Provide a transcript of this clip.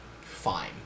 fine